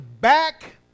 back